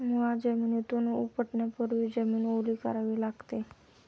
मुळा जमिनीतून उपटण्यापूर्वी जमीन ओली करावी लागते